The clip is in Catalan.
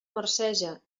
marceja